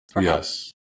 Yes